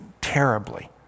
terribly